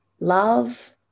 love